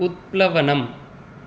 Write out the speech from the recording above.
उत्प्लवनम्